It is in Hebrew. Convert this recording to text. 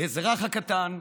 האזרח הקטן,